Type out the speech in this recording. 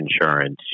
insurance